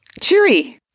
Cheery